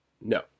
No